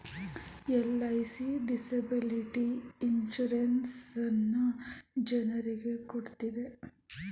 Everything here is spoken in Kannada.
ಎಲ್.ಐ.ಸಿ ಡಿಸೆಬಿಲಿಟಿ ಇನ್ಸೂರೆನ್ಸ್ ಜನರಿಗೆ ಕೊಡ್ತಿದೆ